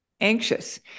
anxious